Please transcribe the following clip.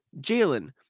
Jalen